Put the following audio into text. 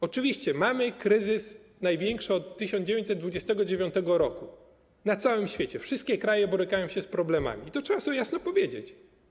Oczywiście, mamy kryzys, największy od 1929 r., na całym świecie wszystkie kraje borykają się z problemami - i to trzeba sobie jasno powiedzieć.